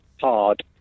Hard